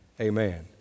Amen